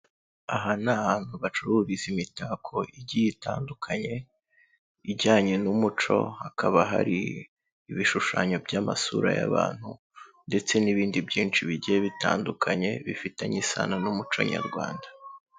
Aha ni ahantu bacururiza imitako igiye itandukanye, ijyanye n'umuco, hakaba hari ibishushanyo by'amasura y'abantu ndetse n'ibindi byinshi bigiye bitandukanye, bifitanye isano n'umuco nyarwanda.